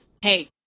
hey